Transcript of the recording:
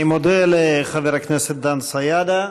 אני מודה לחבר הכנסת דן סידה.